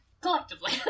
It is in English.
Collectively